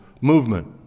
movement